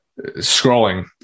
scrolling